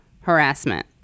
harassment